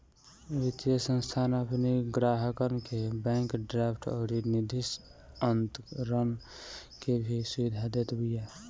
वित्तीय संस्थान अपनी ग्राहकन के बैंक ड्राफ्ट अउरी निधि अंतरण के भी सुविधा देत बिया